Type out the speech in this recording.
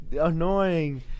annoying